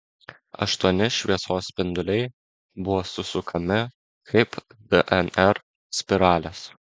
aštuoni šviesos spinduliai buvo susukami kaip dnr spiralės